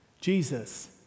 Jesus